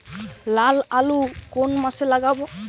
লাল আলু কোন মাসে লাগাব?